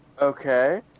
Okay